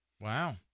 Wow